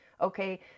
okay